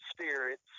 spirits